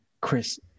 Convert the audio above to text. Chris